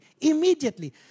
Immediately